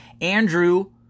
Andrew